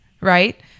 right